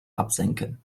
absenken